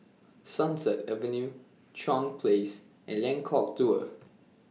Sunset Avenue Chuan Place and Lengkok Dua